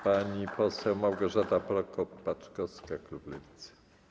Pani poseł Małgorzata Prokop-Paczkowska, klub Lewicy.